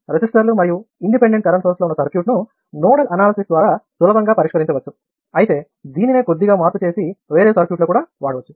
రెసిస్టర్లు మరియు independent current సోర్స్లతో ఉన్న సర్క్యూట్ను నోడల్ అనాలిసిస్ ద్వారా సులభంగా పరిష్కరించవచ్చు అయితే దీనినే కొద్దిగా మార్పు చేసి వేరే సర్క్యూట్ లో కూడా వాడవచ్చు